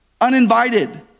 uninvited